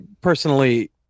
personally